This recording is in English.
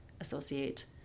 associate